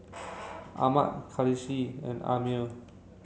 Ahmad Khalish and Ammir